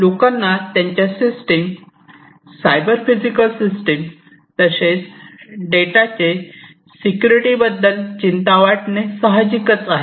लोकांना त्यांच्या system cyber physical system तसेच डेटाचे सिक्युरिटी बद्दल चिंता वाटणे सहाजिकच आहे